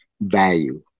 value